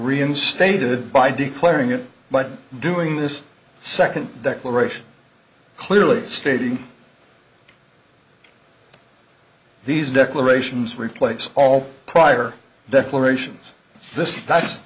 reinstated by declaring it but doing this second declaration clearly stating these declarations replace all prior declarations this